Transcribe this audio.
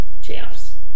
Champs